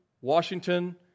Washington